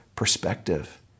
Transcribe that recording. Perspective